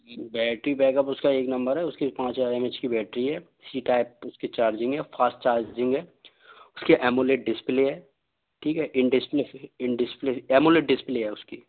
battery backup उसका एक number है उसकी पाँच हज़ार एम एच की बैटरी है सी टाइप उसकी चार्जिंग है फास्ट चार्जिंग है उसकी एमोलेड डिस्प्ले है in display in display AMOLED display है उसकी